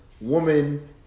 woman